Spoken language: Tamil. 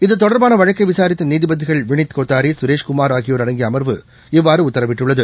இது தொடர்பான வழக்கை விசாரித்த நீதிபதிகள் வினித் கோத்தாரி சுரேஷ்குமார் ஆகியோர் அடங்கிய அமர்வு இவ்வாறு உத்தரவிட்டுள்ளது